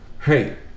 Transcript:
hey